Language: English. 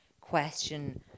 question